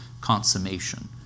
consummation